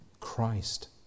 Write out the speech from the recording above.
christ